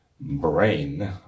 brain